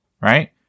Right